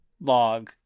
log